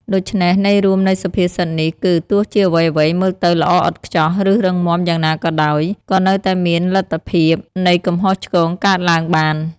ដូច្នេះ ន័យរួមនៃសុភាសិតនេះគឺ ទោះជាអ្វីៗមើលទៅល្អឥតខ្ចោះ ឬរឹងមាំយ៉ាងណាក៏ដោយ ក៏នៅតែមានលទ្ធភាពនៃកំហុសឆ្គងកើតឡើងបាន។